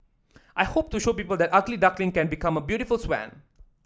I hope to show people that the ugly duckling can become a beautiful swan